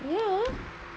ya